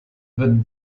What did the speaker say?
van